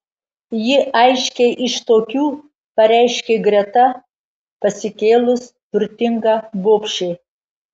ji aiškiai iš tokių pareiškė greta pasikėlus turtinga bobšė